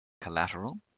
collateral